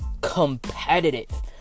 competitive